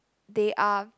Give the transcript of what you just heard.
they are